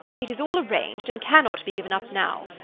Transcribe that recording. it is all arranged and cannot be given up now.